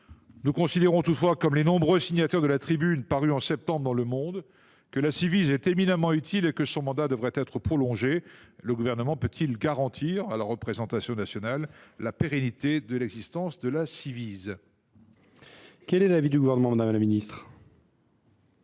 Nous considérons, comme les nombreux signataires de la tribune parue en septembre dans le journal, que la Ciivise est éminemment utile et que son mandat devrait être prolongé. Le Gouvernement peut il garantir à la représentation nationale la pérennité de l’existence de cette commission ? Quel est l’avis du Gouvernement ? Merci, mesdames,